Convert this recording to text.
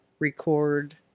Record